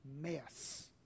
mess